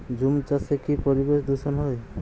ঝুম চাষে কি পরিবেশ দূষন হয়?